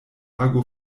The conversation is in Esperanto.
ago